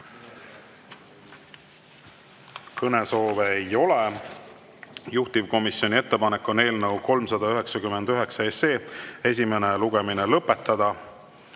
Kõnesoove ei ole. Juhtivkomisjoni ettepanek on eelnõu 399 esimene lugemine lõpetada.